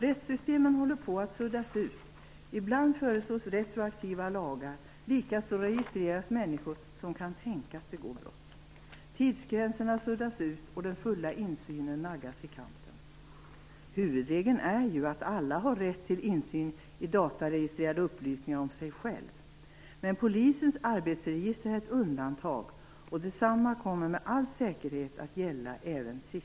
Rättssystemen håller på att suddas ut. Ibland föreslås retroaktiva lagar, likaså registreras människor som kan tänkas begå brott. Tidsgränserna suddas ut, och den fulla insynen naggas i kanten. Huvudregeln är ju att alla har rätt till insyn i dataregistrerade upplysningar om sig själv, men polisens arbetsregister är ett undantag. Detsamma kommer med all säkerhet att gälla även SIS.